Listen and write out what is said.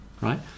right